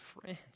friends